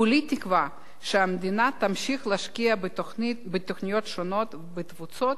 כולי תקווה שהמדינה תמשיך להשקיע בתוכניות שונות בתפוצות,